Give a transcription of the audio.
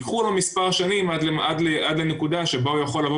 ייקחו לו מספר שנים עד לנקודה שבה הוא יוכל לבוא